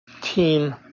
team